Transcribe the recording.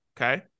okay